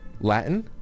Latin